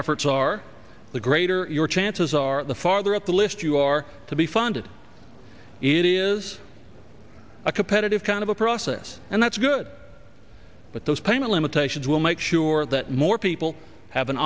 efforts are the greater your chances are the farther up the list you are to be funded it is a competitive kind of a process and that's good but those payment limitations will make sure that more people have an